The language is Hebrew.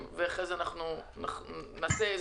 העצמאים, בבקשה.